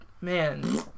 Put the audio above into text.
Man